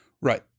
Right